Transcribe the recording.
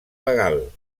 legal